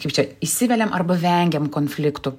kaip čia įsiveliam arba vengiam konfliktų